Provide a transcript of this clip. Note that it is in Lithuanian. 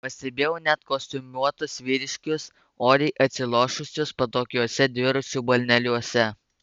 pastebėjau net kostiumuotus vyriškius oriai atsilošusius patogiuose dviračių balneliuose